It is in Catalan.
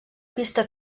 pista